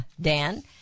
Dan